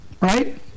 Right